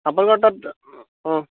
আপোনালোকৰ তাত অঁ